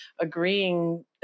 agreeing